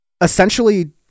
essentially